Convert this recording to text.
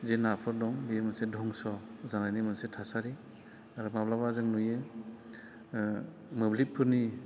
जा नाफोर दं बे मोनसे धंस' जानायनि मोनसे थासारि आरो माब्लाबा जों नुयो मोब्लिबफोरनि